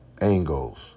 Angles